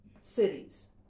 cities